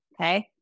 okay